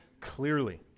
clearly